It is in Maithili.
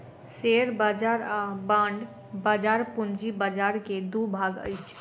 शेयर बाजार आ बांड बाजार पूंजी बाजार के दू भाग अछि